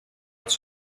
els